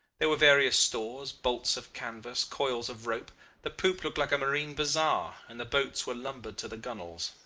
there were various stores, bolts of canvas, coils of rope the poop looked like a marine bazaar, and the boats were lumbered to the gunwales.